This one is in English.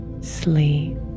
sleep